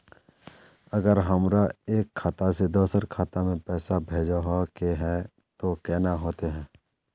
अगर हमरा एक खाता से दोसर खाता में पैसा भेजोहो के है तो केना होते है?